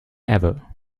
ever